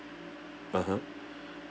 (uh huh)